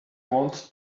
want